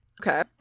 Okay